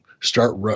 start